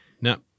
No